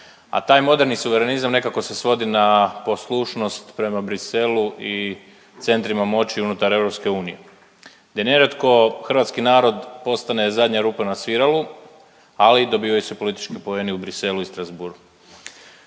a taj moderni suverenizam nekako se svodi na poslušnost prema Bruxellesu i centrima moći unutar EU gdje nerijetko hrvatski narod postane zadnja rupa na sviralu ali dobivaju se politički poeni u Bruxellesu i Strasbourgu.